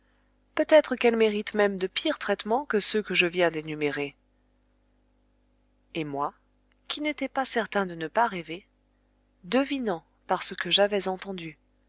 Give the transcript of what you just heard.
peut-être qu'elle mérite même de pires traitements que ceux que je viens d'énumérer et moi qui n'étais pas certain de ne pas rêver devinant par ce que j'avais entendu